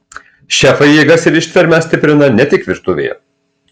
šefai jėgas ir ištvermę stiprina ne tik virtuvėje